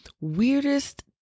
weirdest